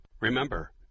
Remember